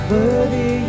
Worthy